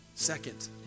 second